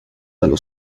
dallo